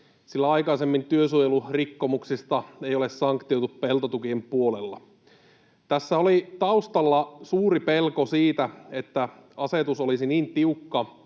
sillä aikaisemmin työsuojelurikkomuksista ei ole sanktioitu peltotukien puolella. Tässä oli taustalla suuri pelko siitä, että asetus olisi niin tiukka,